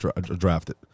drafted